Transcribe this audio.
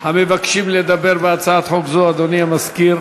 המבקשים לדבר בהצעת חוק זו, אדוני המזכיר.